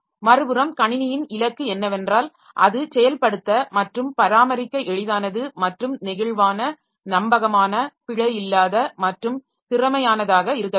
மறுபுறம் கணினியின் இலக்கு என்னவென்றால் அது செயல்படுத்த மற்றும் பராமரிக்க எளிதானது மற்றும் நெகிழ்வான நம்பகமான பிழை இல்லாத மற்றும் திறமையானதாக இருக்க வேண்டும்